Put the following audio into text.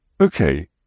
okay